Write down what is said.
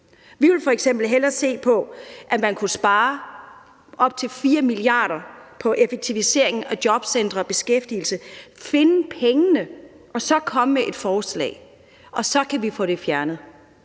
Vi vil f.eks. hellere se på, at man kunne spare op til 4 mia. kr. på effektivisering af jobcentre og beskæftigelse – altså finde pengene og så komme med et forslag. Og så kan vi få det fjernet.